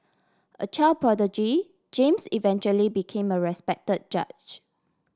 a child prodigy James eventually became a respect judge